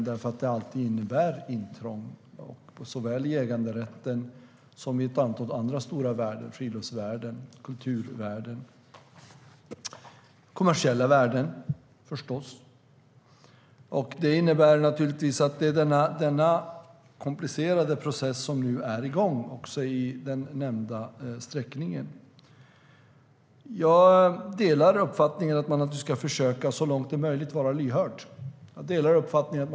Den innebär ju alltid intrång på äganderätten och på ett antal andra stor värden: friluftsvärden, kulturvärden och kommersiella värden. Den är en komplicerad process som nu är igång vid den nämnda sträckningen. Jag delar uppfattningen att man ska försöka att vara lyhörd så långt det är möjligt.